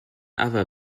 other